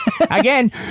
again